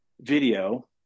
video